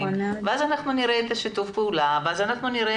ואז אנחנו נראה את שיתוף הפעולה ונראה